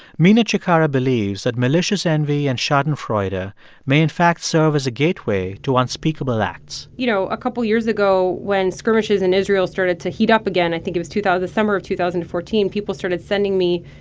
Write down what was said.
mina cikara believes that malicious envy and schadenfreude ah may in fact serve as a gateway to unspeakable acts you know, a couple years ago when skirmishes in israel started to heat up again i think it was two thousand summer of two thousand and fourteen people started sending me